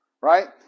right